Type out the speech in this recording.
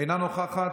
אינה נוכחת,